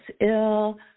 ill